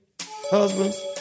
husbands